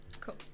Cool